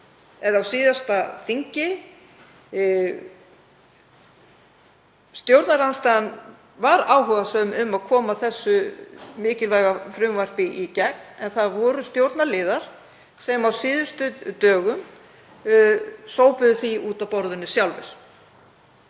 eða á síðasta þingi. Stjórnarandstaðan var áhugasöm um að koma þessu mikilvæga frumvarpi í gegn en það voru stjórnarliðar sem á síðustu dögum sópuðu því út af borðinu sjálfir